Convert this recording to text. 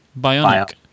Bionic